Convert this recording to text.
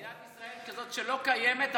מדינת ישראל כזאת לא קיימת,